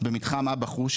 במתחם אבא חושי,